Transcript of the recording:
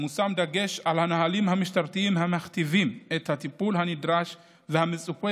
מושם דגש על הנהלים המשטרתיים המכתיבים את הטיפול הנדרש והמצופה